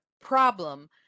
problem